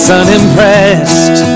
unimpressed